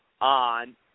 on